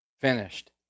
finished